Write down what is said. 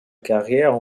carrière